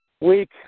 week